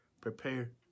prepare